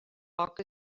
poc